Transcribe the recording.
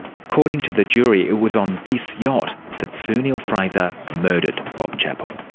according to the jury it was on this yacht that sue neill-fraser murdered bob chappell.